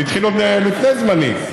זה התחיל עוד לפני זמני,